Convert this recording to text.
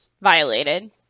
violated